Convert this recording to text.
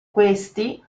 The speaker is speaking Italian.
questi